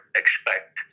expect